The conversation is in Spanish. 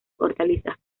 hortalizas